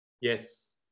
Yes